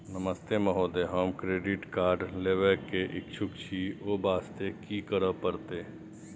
नमस्ते महोदय, हम credit card लेबे के इच्छुक छि ओ वास्ते की करै परतै?